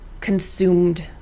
consumed